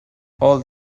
all